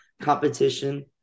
competition